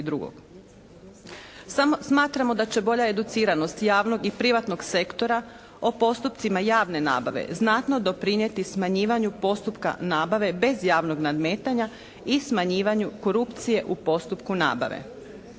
smatramo da će bolja educiranost javnog i privatnog sektora o postocima javne nabave znatno doprinijeti smanjivanju postupka nabave bez javnog nadmetanja i smanjivanju korupcije u postupku nabave.